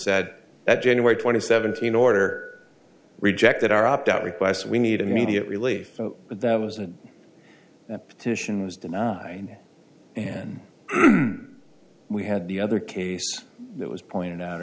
said that january twenty seventh you know order rejected our opt out requests we need immediate relief but that was and that petition was denied and we had the other case that was pointed out